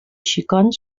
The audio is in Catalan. xicon